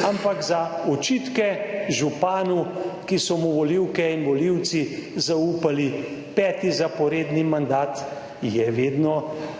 ampak za očitke županu, ki so mu volivke in volivci zaupali peti zaporedni mandat, je vedno